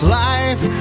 life